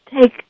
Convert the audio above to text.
Take